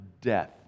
death